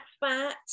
fat